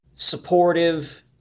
Supportive